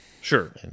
Sure